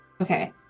Okay